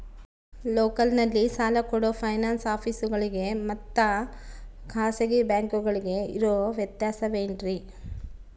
ಲೋಕಲ್ನಲ್ಲಿ ಸಾಲ ಕೊಡೋ ಫೈನಾನ್ಸ್ ಆಫೇಸುಗಳಿಗೆ ಮತ್ತಾ ಖಾಸಗಿ ಬ್ಯಾಂಕುಗಳಿಗೆ ಇರೋ ವ್ಯತ್ಯಾಸವೇನ್ರಿ?